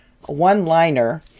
one-liner